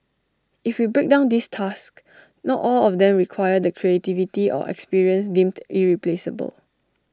if we break down these tasks not all of them require the creativity or experience deemed irreplaceable